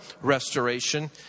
restoration